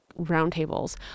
roundtables